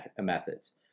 methods